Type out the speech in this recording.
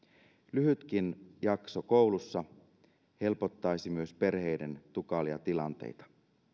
lyhytkin jakso koulussa helpottaisi myös perheiden tukalia tilanteita